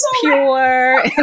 pure